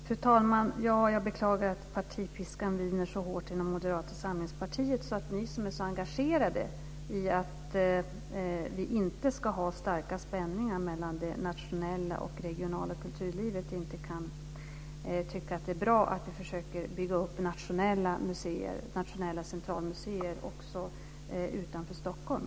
Fru talman! Jag beklagar att partipiskan viner så hårt inom Moderata samlingspartiet att ni, som är i så engagerade i att vi inte ska ha starka spänningar mellan det nationella och regionala kulturlivet, inte kan tycka att det är bra att vi försöker bygga upp nationella centralmuseer också utanför Stockholm.